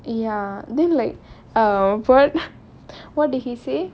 ya then like uh [what] what did he say